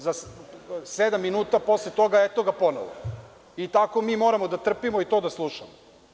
Sedam minuta posle toga eto ga ponovo i tako mi moramo da trpimo i to da slušamo.